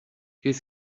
qu’est